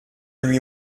lui